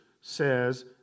says